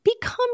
become